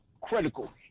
critical